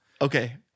Okay